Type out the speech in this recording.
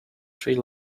tree